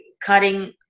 cutting